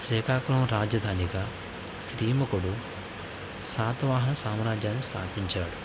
శ్రీకాకుళం రాజధానిగా శ్రీముఖుడు శాతవాహన సామ్రాజ్యాన్ని స్థాపించాడు